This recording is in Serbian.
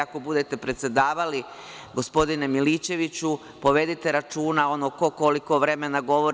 Ako budete predsedavali, gospodine Milićeviću, povedite računa ko koliko vremena govori.